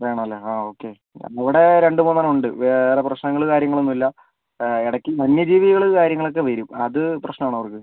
വേണമല്ലേ ആ ഓക്കേ ഇവിടെ രണ്ടുമൂന്നെണ്ണം ഉണ്ട് വേറെ പ്രശ്നങ്ങൾ കാര്യങ്ങളൊന്നുമില്ല ഇടയ്ക്ക് വന്യജീവികൾ കാര്യങ്ങളൊക്കെ വരും അതു പ്രശ്നമാണോ അവർക്ക്